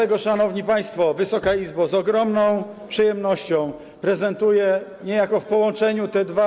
Dlatego, szanowni państwo, Wysoka Izbo, z ogromną przyjemnością prezentuję niejako w połączeniu te dwa.